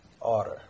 order